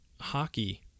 hockey